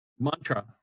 mantra